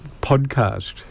podcast